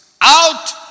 Out